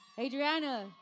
Adriana